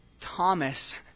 Thomas